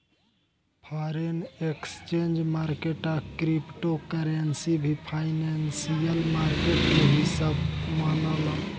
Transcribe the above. foreign exchange market आ crypto currency भी financial market के हिस्सा मनाला